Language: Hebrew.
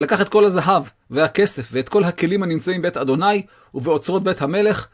לקח את כל הזהב, והכסף, ואת כל הכלים הנמצאים בית אדוני, ובאוצרות בית המלך.